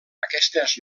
aquestes